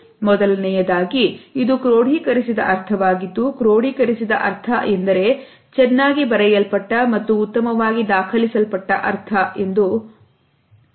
ಮೊದಲನೆಯದಾಗಿ ಇದು ಕ್ರೋಡೀಕರಿಸಿದ ಅರ್ಥವಾಗಿದ್ದು ಕ್ರೋಡೀಕರಿಸಿದ ಅರ್ಥ ಎಂದರೆ ಚೆನ್ನಾಗಿ ಬರೆಯಲ್ಪಟ್ಟ ಮತ್ತು ಉತ್ತಮವಾಗಿ ದಾಖಲಿಸಲ್ಪಟ್ಟ ಅರ್ಥವನ್ನು ಪಡೆದುಕೊಂಡಿರುತ್ತದೆ ಎಂದರ್ಥ